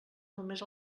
només